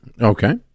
Okay